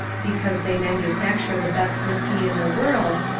because they manufacture the best whiskey in the world,